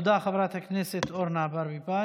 תודה, חברת הכנסת אורנה ברביבאי.